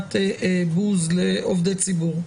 הפגנת בוז לעובדי ציבור.